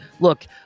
Look